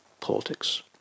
politics